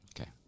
Okay